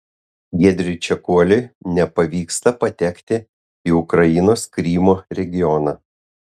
giedriui čekuoliui nepavyksta patekti į ukrainos krymo regioną